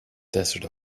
desert